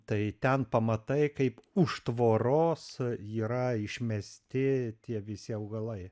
tai ten pamatai kaip už tvoros yra išmesti tie visi augalai